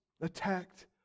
attacked